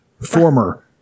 Former